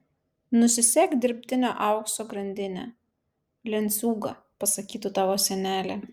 nusisek dirbtinio aukso grandinę lenciūgą pasakytų tavo senelė